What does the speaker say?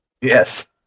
Yes